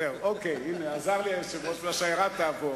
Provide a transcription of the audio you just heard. עזר לי היושב-ראש, והשיירה תעבור.